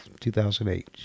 2008